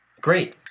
Great